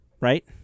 right